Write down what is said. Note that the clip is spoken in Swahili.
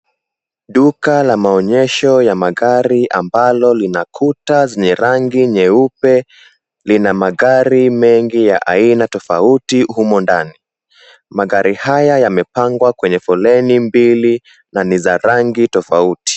Duka la maonyesho ya magari ambalao linakauta zenye rangi nyeupe lina magari mengi ya aina tofauti humo ndani. Magari haya yamepangwa kwenye foleni mbili na ni za rangi tofauti.